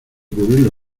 cubrirlo